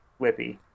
whippy